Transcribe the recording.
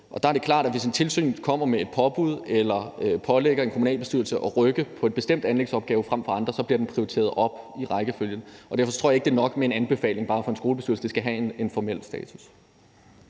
og der er det klart, at hvis et tilsyn kommer med et påbud eller pålægger en kommunalbestyrelse at rykke på en bestemt anlægsopgave frem for andre, så bliver den prioriteret op i rækkefølgen. Derfor tror jeg ikke, at det er nok med en anbefaling fra en skolebestyrelse; det skal have en formel status.